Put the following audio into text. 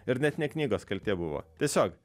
ir net ne knygos kaltė buvo tiesiog